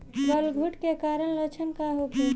गलघोंटु के कारण लक्षण का होखे?